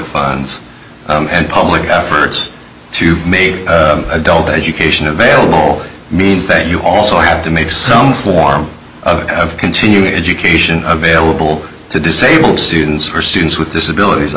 funds and public efforts to make adult education avail means that you also have to make some form of continuing education available to disable students or students with disabilities